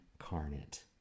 incarnate